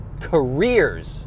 careers